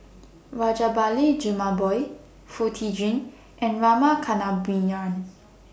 Rajabali Jumabhoy Foo Tee Jun and Rama Kannabiran